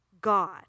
God